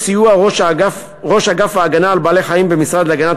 בסיוע ראש אגף ההגנה על בעלי-חיים במשרד להגנת